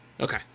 Okay